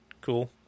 cool